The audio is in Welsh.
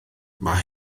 mae